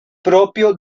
propio